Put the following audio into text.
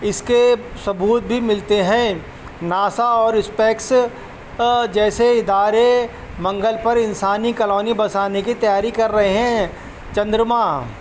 اس کے ثبوت بھی ملتے ہیں ناسا اور اسپیکس جیسے ادارے منگل پر انسانی کالونی بسانے کی تیاری کر رہے ہیں چندرما